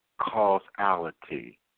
causality